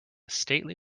stately